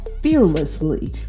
fearlessly